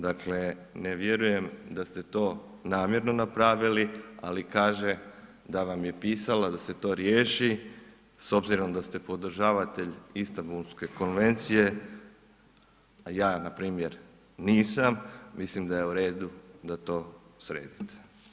Dakle ne vjerujem da ste to namjerno napravili ali kaže da vam je pisala da se to riješi, s obzirom da ste podržavatelj Istanbulske konvencije, a ja npr. nisam, mislim da je u redu da to sredite.